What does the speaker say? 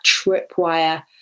tripwire